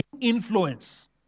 influence